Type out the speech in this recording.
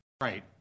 Right